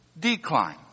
decline